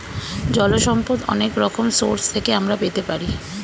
জল সম্পদ অনেক রকম সোর্স থেকে আমরা পেতে পারি